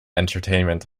entertainment